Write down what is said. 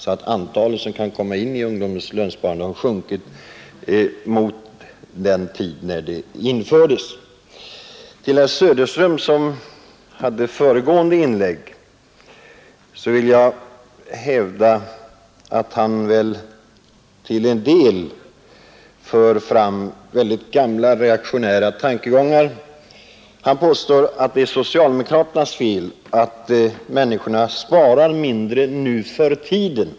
Det antal som kan komma med i lönsparandet har därför sjunkit jämfört med vad som var fallet då detta sparande infördes. Jag hävdar att herr Söderström till en del för fram gamla reaktionära tankegångar. Han påstår att det är socialdemokraternas fel att människorna sparar mindre nu för tiden.